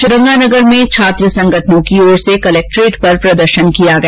श्रीगंगानगर में छात्र संगठनों की ओर से कलेक्ट्रेट पर प्रदर्शन किया गया